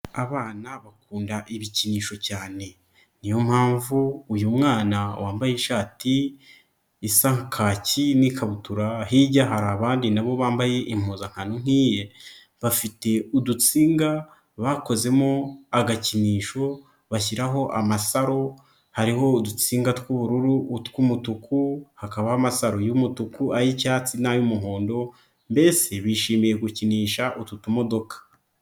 Abana bakunda ibikinisho cyane, niyo mpamvu uyu mwana wambaye ishati isa kaki n'ikabutura, hirya hari abandi nabo bambaye impuzankano nk'iye bafite udutsinga bakozemo agakinisho bashyiraho amasaro hariho udutsiga tw'ubururu, tw'umutuku hakabaho amasaro y'umutuku ay'icyatsi n'ay'umuhondo, mbese bishimiye gukinisha utu tumodoka.